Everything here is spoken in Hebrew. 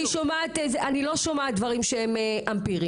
אבל לא שומעת דברים אמפיריים.